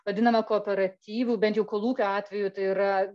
vadinama kooperatyvu bent jau kolūkio atveju tai yra